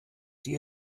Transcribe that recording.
die